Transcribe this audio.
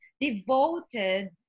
devoted